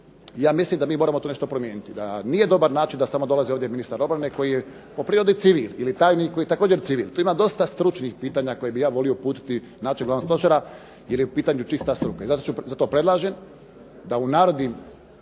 Ja mislim da mi moramo tu nešto promijeniti. Da nije dobar način da samo dolazi ovdje ministar obrane koji je po prirodi civil ili tajnik koji je također civil. Tu ima dosta stručnih pitanja koje bi ja volio uputiti načelniku glavnog stožera jer je u pitanju čista struka. I zato predlažem da u narednim